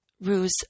ruse